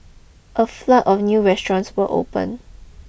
a flood of new restaurants will open